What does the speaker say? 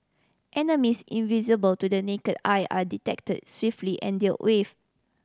enemies invisible to the naked eye are detected swiftly and dealt with